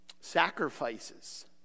Sacrifices